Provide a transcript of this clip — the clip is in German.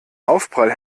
aufprall